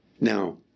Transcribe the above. Now